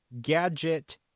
Gadget